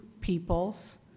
peoples